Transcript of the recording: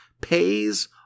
pays